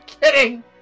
kidding